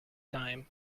time